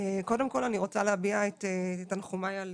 קודם כל אני רוצה להביע את תנחומיי על